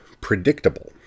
predictable